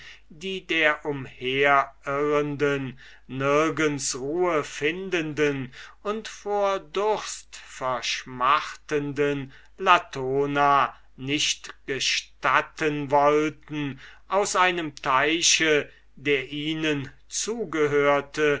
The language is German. die der umherirrenden nirgends ruhe findenden und vor durst verschmachtenden latona nicht gestatten wollten aus einem teiche der ihnen zugehörte